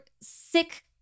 sick